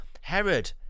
Herod